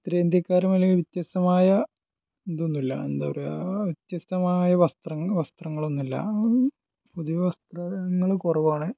ഉത്തരേന്ത്യക്കാർ പല വ്യത്യസ്തമായ ഇതൊന്നൂല്ലാ എന്താപറയാ വ്യത്യസ്തമായ വസ്ത്രങ്ങൾ വസ്ത്രങ്ങളൊന്നുമില്ല പൊതുവെ വസ്ത്രങ്ങൾ കുറവാണ്